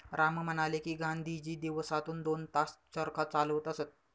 राम म्हणाले की, गांधीजी दिवसातून दोन तास चरखा चालवत असत